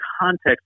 context